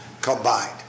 combined